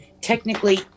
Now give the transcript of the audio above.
technically